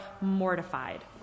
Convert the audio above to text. mortified